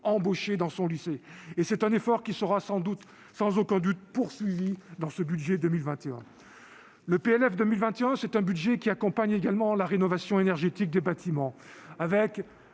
embauché dans son lycée. Cet effort sera sans aucun doute poursuivi dans ce budget pour 2021. Le PLF pour 2021, c'est un budget qui accompagne également la rénovation énergétique des bâtiments, avec